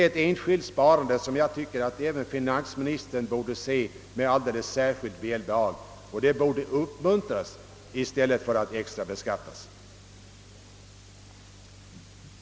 Deras sparande tycker jag att även finansministern bor de se med alldeles särskilt stort välbehag och uppmuntra i stället för extrabeskatta.